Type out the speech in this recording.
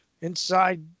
inside